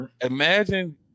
Imagine